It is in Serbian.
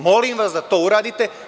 Molim vas da to uradite.